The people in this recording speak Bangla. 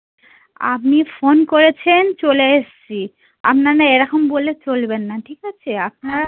আপনি ফোন করেছেন চলে এসছি আপনারা এরকম বললে চলবে না ঠিক আছে আপনারা